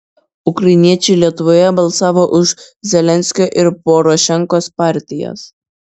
ukrainiečiai lietuvoje balsavo už zelenskio ir porošenkos partijas